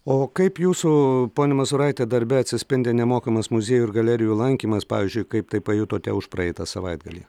o kaip jūsų ponia mazūraite darbe atsispindi nemokamas muziejų ir galerijų lankymas pavyzdžiui kaip tai pajutote užpraeitą savaitgalį